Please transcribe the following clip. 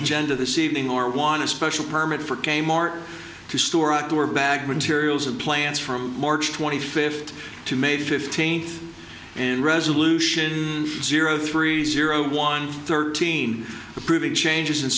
agenda this evening or won a special permit for k mart to store outdoor bag materials of plants from march twenty fifth to made fifteenth and resolution zero three zero one thirteen approving changes